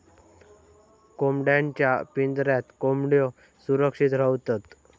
कोंबड्यांच्या पिंजऱ्यात कोंबड्यो सुरक्षित रव्हतत